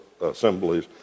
assemblies